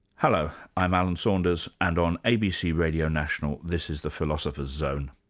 hello, i'm alan saunders and on abc radio national this is the philosopher's zone.